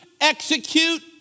execute